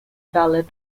ballot